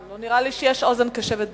אבל לא נראה לי שיש אוזן קשבת בעניין.